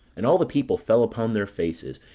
and all the people fell upon their faces,